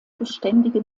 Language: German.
beständige